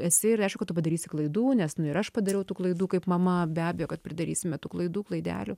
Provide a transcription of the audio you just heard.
esi ir aišku kad tu padarysi klaidų nes nu ir aš padariau tų klaidų kaip mama be abejo kad pridarysime tų klaidų klaidelių